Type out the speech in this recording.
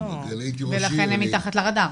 ולכן הם מתחת לרדאר.